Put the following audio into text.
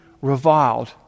reviled